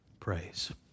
Praise